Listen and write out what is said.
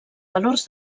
valors